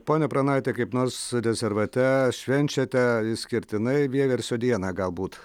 pone pranaiti kaip nors rezervate švenčiate išskirtinai vieversio dieną galbūt